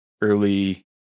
early